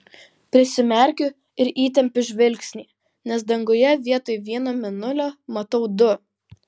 prisimerkiu ir įtempiu žvilgsnį nes danguje vietoj vieno mėnulio matau du